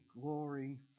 glory